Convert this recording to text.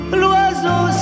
l'oiseau